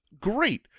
great